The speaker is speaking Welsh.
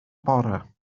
bore